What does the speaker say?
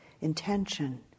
intention